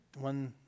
one